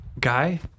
Guy